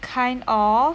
kind of